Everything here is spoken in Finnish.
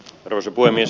arvoisa puhemies